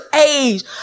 age